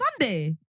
Sunday